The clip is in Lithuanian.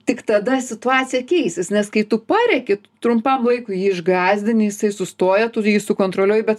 tik tada situacija keisis nes kai tu parėki trumpam laikui jį išgąsdini jisai sustoja tu jį sukontroliuoji bet